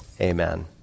Amen